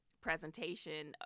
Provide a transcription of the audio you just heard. presentation